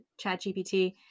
ChatGPT